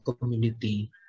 community